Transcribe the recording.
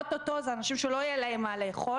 אלה אנשים שלא יהיה להם מה לאכול.